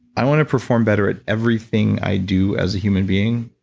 i want to perform better at everything i do as a human being,